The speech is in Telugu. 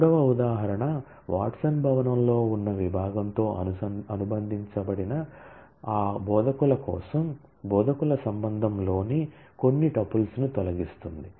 మూడవ ఉదాహరణ వాట్సన్ భవనంలో ఉన్న విభాగంతో అనుబంధించబడిన ఆ బోధకుల కోసం బోధకుల సంబంధంలోని అన్ని టుపుల్స్ను తొలగిస్తుంది